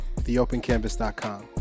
theopencanvas.com